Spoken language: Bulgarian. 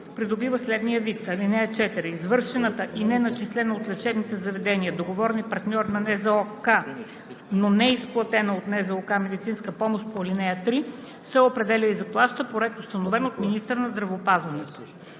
придобива следния вид: „(4) Извършената и начислена от лечебните заведения – договорни партньори на НЗОК, но неизплатена от НЗОК медицинска помощ по ал. 3, се определя и заплаща по ред, установен от министъра на здравеопазването.“